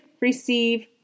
receive